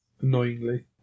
annoyingly